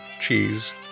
cheese